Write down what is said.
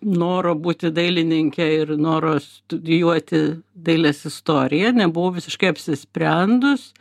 noro būti dailininke ir noro studijuoti dailės istoriją nebuvau visiškai apsisprendus